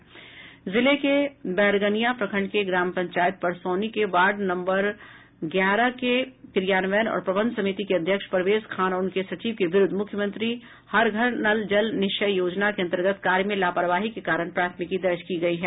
सीतामढ़ी जिले के बैरगनिया प्रखंड के ग्राम पंचायत परसौनी के वार्ड नम्बर ग्यारह के वार्ड क्रियान्वयन और प्रबंध समिति के अध्यक्ष परवेज खान और उनके सचिव के विरूद्व मुख्यमंत्री हर घर नल जल निश्चय योजना के अंतर्गत कार्य में लापरवाही के कारण प्राथमिकी दर्ज की गयी है